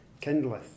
kindleth